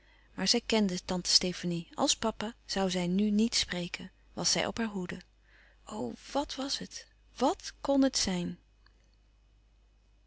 maar zij kènde tante stefanie als papa zoû zij nu niet spreken was zij op haar hoede o wàt was het wàt kon het zijn